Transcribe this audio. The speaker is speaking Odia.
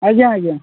ଆଜ୍ଞା ଆଜ୍ଞା